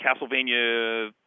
Castlevania